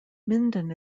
minden